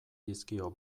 dizkio